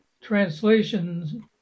translations